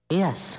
yes